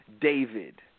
David